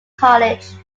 college